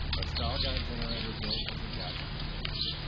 a style guide generated built as a gatsby theme.